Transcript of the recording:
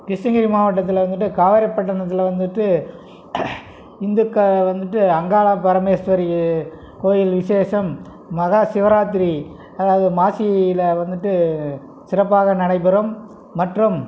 கிருஷ்ணகிரி மாவட்டத்தில் வந்துட்டு காவேரி பட்டிணத்தில் வந்துட்டு இந்துக்கள் வந்துட்டு அங்காள பரமேஸ்வரி கோயில் விஷேசம் மகா சிவராத்திரி அதாவது மாசியில் வந்துட்டு சிறப்பாக நடைபெறும் மற்றும்